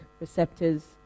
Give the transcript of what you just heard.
receptors